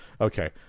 Okay